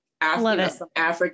African